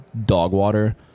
Dogwater